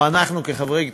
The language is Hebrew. או אנחנו כחברי כנסת,